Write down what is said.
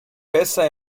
besser